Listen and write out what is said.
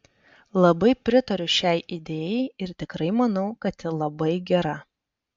labai pritariu šiai idėjai ir tikrai manau kad ji labai gera